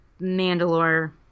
Mandalore